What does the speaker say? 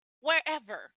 wherever